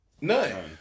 None